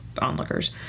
onlookers